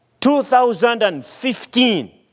2015